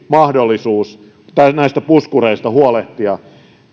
mahdollisuus näistä puskureista huolehtia